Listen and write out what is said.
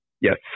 Yes